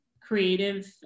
creative